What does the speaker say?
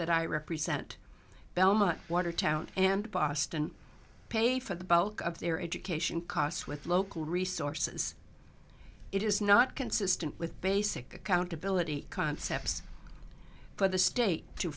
that i represent bell much watertown and boston pay for the bulk of their education costs with local resources it is not consistent with basic accountability concepts for the state to